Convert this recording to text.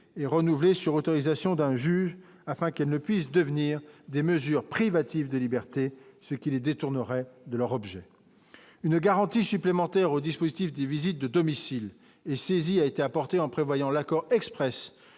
et renouvelé sur autorisation d'un juge afin qu'elles ne puissent devenir des mesures privatives de liberté, ce qui les détourneraient de leur objet, une garantie supplémentaire au dispositif des visites de domiciles et saisi a été importé en prévoyant l'accord Express